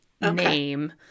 name